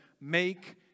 make